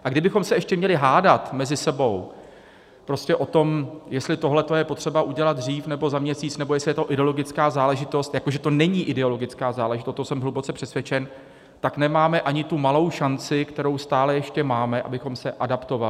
A kdybychom se ještě měli hádat mezi sebou prostě o tom, jestli tohle je potřeba udělat dřív, nebo za měsíc, nebo jestli je to ideologická záležitost, jako že to není ideologická záležitost, o tom jsem hluboce přesvědčen, tak nemáme ani tu malou šanci, kterou stále ještě máme, abychom se adaptovali.